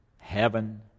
heaven